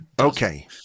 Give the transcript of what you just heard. Okay